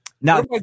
Now